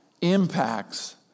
impacts